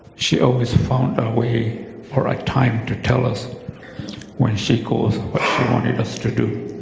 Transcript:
she always found a way for a time to tell us when she calls what she wanted us to do.